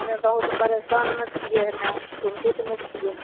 हम बहुत परेशानमे छियै ने चिन्तितमे छियै